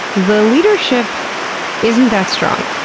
the leadership isn't that strong,